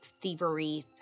thievery